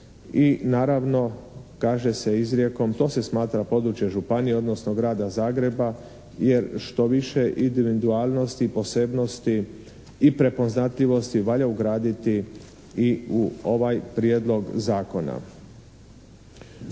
i naravno, kaže se izrijekom, to se smatra područje županije, odnosno Grada Zagreba. Jer što više individualnosti, posebnosti i prepoznatljivosti valja ugraditi i u ovaj Prijedlog zakona.